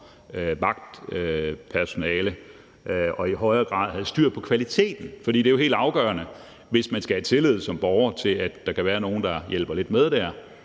vagtpersonale og i højere grad havde styr på kvaliteten, for det er jo helt afgørende, altså hvis man skal have tillid som borger til, at der kan være nogen, der hjælper politiet